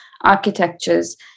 Architectures